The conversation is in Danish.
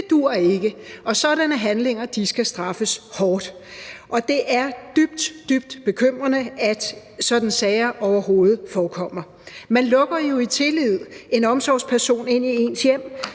Det duer ikke, og sådanne handlinger skal straffes hårdt. Og det er dybt, dybt bekymrende, at sådanne sager overhovedet forekommer. Man lukker i tillid en omsorgsperson ind i ens hjem